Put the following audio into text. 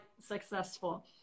successful